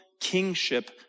kingship